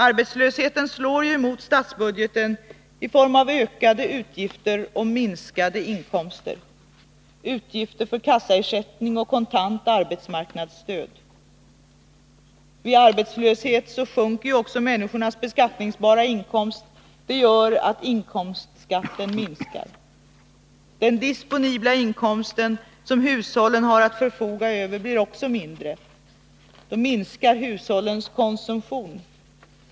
Arbetslösheten slår emot statsbudgeten i form av ökade utgifter och minskade inkomster, utgifter för kassaersättning och kontant arbetsmarknadsstöd. Vid arbetslöshet sjunker människornas beskattningsbara inkomst, och det gör att inkomstskatten minskar. Den disponibla inkomsten för hushållen blir också mindre, och därmed minskar konsumtionen.